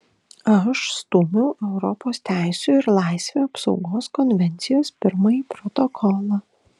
aš stūmiau europos teisių ir laisvių apsaugos konvencijos pirmąjį protokolą